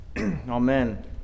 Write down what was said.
Amen